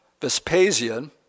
Vespasian